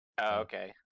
okay